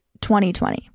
2020